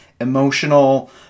emotional